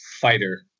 fighter